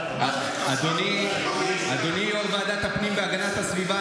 אדוני יו"ר ועדת הפנים והגנת הסביבה,